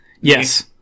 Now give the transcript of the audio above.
Yes